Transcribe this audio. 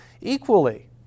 equally